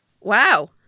Wow